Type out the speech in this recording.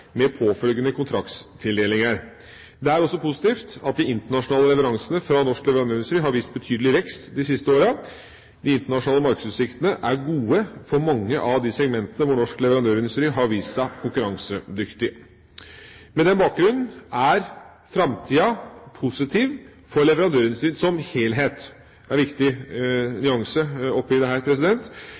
med påfølgende kontraktstildelinger. Det er også positivt at de internasjonale leveransene fra norsk leverandørindustri har vist betydelig vekst de siste årene. De internasjonale markedsutsiktene er gode for mange av de segmentene hvor norsk leverandørindustri har vist seg konkurransedyktig. Med den bakgrunn er framtida positiv for leverandørindustrien som helhet. Det er en viktig nyanse oppi dette, for det